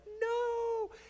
no